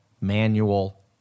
manual